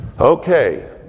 Okay